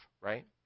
Right